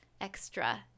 extra